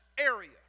Area